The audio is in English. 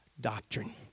doctrine